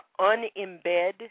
unembed